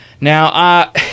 Now